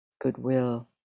goodwill